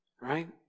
right